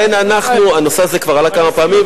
הנושא הזה כבר עלה כמה פעמים,